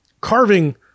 Carving